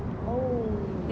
oh